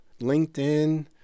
LinkedIn